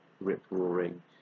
rip-roaring